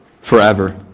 forever